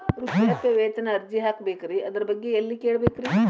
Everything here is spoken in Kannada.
ವೃದ್ಧಾಪ್ಯವೇತನ ಅರ್ಜಿ ಹಾಕಬೇಕ್ರಿ ಅದರ ಬಗ್ಗೆ ಎಲ್ಲಿ ಕೇಳಬೇಕ್ರಿ?